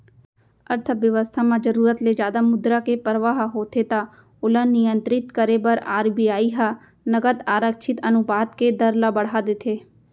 अर्थबेवस्था म जरुरत ले जादा मुद्रा के परवाह होथे त ओला नियंत्रित करे बर आर.बी.आई ह नगद आरक्छित अनुपात के दर ल बड़हा देथे